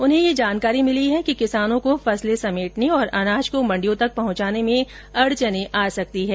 उन्हें यह जानकारी मिलीं कि किसानों को फसलें समेटने और अनाज कोमण्डियों तक पहुंचाने में अड़चने आ सकती हैं